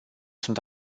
sunt